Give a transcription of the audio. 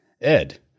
Ed